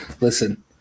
Listen